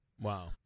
Wow